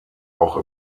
auch